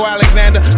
Alexander